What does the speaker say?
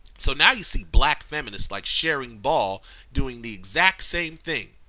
so now you see black feminists like charing ball doing the exact same thing.